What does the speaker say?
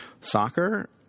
soccer